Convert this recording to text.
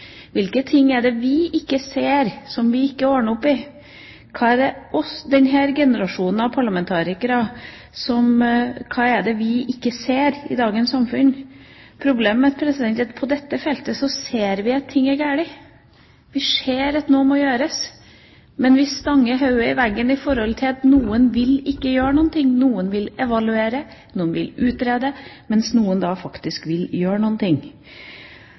Hva er det denne generasjonen av parlamentarikere ikke ser i dagens samfunn? Problemet er at på dette feltet ser vi at noe er galt, vi ser at noe må gjøres, men vi stanger hodet i veggen fordi noen ikke vil gjøre noe, fordi noen vil evaluere, noen vil utrede. Men noen vil faktisk gjøre